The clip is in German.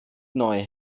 neu